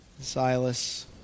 Silas